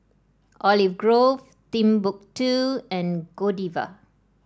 Olive Grove Timbuk two and Godiva